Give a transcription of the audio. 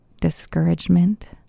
discouragement